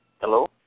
Hello